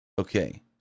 Okay